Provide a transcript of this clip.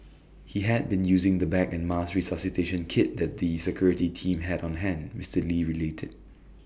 he had been using the bag and mask resuscitation kit the the security team had on hand Mister lee related